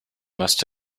must